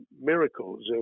miracles